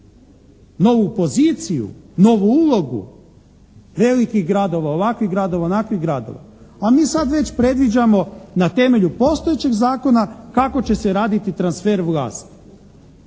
novu poziciju, novu ulogu, velikih gradova, ovakvih gradova, onakvih gradova, a mi već sad predviđamo na temelju postojećeg zakona kako će se raditi transfer vlasti